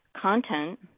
content